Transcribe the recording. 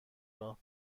راه